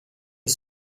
est